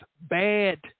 bad